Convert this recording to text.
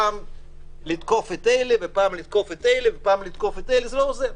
פעם לתקוף את אלה ופעם לתקוף את אלה זה לא מה שיעזור.